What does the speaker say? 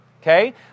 okay